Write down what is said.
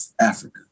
Africa